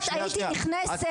חברת הכנסת שרן,